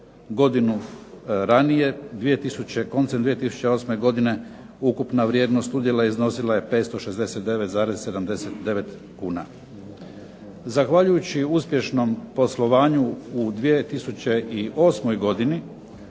godinu ranije. Koncem 2008. godine ukupna vrijednost udjela iznosila je 569,79 kuna. Zahvaljujući uspješnom poslovanju u 2008. godini